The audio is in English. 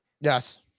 yes